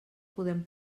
podem